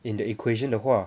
in the equation 的话